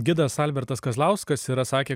gidas albertas kazlauskas yra sakė